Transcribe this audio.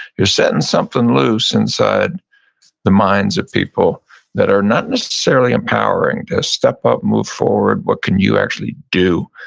you're setting something loose inside the minds of people that are not necessarily empowering to step up, move forward, what can you actually do?